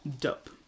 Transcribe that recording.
dope